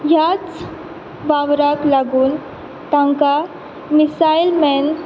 ह्याच वावराक लागून तांकां मिसायल मॅन